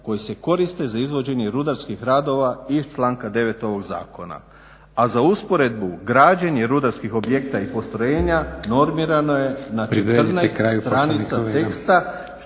koje se koriste za izvođenje rudarskih radova iz članka 9.ovog zakona". A za usporedbu građenje rudarskih objekta i postrojenja normirano je na 14 stranica teksta,